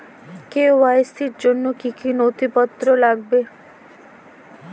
KYC র জন্য কি কি নথিপত্র লাগবে?